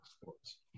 sports